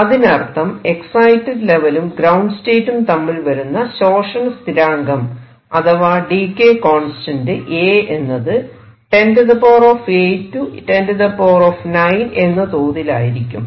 അതിനർത്ഥം എക്സൈറ്റഡ് ലെവലും ഗ്രൌണ്ട് സ്റ്റേറ്റും തമ്മിൽ വരുന്ന ശോഷണ സ്ഥിരാങ്കം അഥവാ ഡീകെ കോൺസ്റ്റന്റ് A എന്നത് 108 109 എന്ന തോതിലായിരിക്കും